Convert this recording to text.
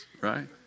Right